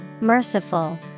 Merciful